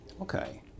Okay